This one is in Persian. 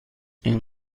این